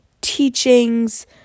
teachings